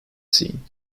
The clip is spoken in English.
scene